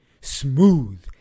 smooth